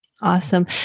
Awesome